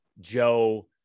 Joe